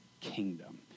kingdom